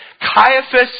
Caiaphas